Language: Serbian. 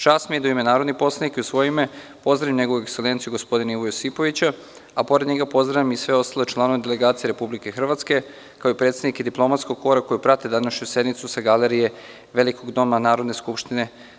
Čast mi je da u ime narodnih poslanika i u svoje ime pozdravim Njegovu ekselenciju gospodina Ivu Josipovića, a pored njega pozdravljam i ostale članove delegacije Republike Hrvatske, kao i predstavnike diplomatskog kora koji prate današnju sednicu sa galerije Velike sale Doma Narodne skupštine.